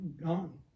gone